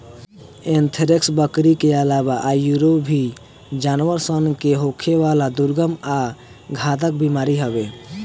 anthrax, बकरी के आलावा आयूरो भी जानवर सन के होखेवाला दुर्गम आ घातक बीमारी हवे